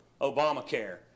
Obamacare